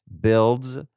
Builds